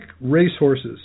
racehorses